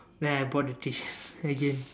then I bought the T-shirts again